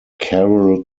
carroll